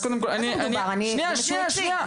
אז קודם כל --- שמדובר בשלושה מקרים --- שנייה,